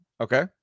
Okay